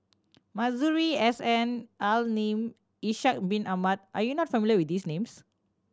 Masuri S N Al Lim Ishak Bin Ahmad are you not familiar with these names